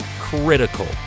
critical